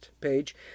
page